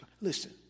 Listen